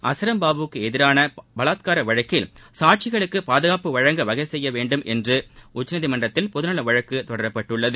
அசராம் பாபுவுக்கு எதிரான பலாத்கார வழக்கில் சாட்சிகளுக்கு பாதுகாப்பு வழங்க வகை செய்ய வேண்டும் என்று உச்சநீதிமன்றத்தில் பொதுநல வழக்கு தொடரப்பட்டுள்ளது